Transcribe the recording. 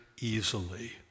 easily